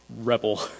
rebel